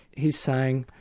he's saying,